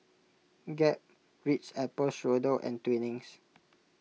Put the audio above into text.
Gap Ritz Apple Strudel and Twinings